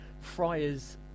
Friars